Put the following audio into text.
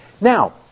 Now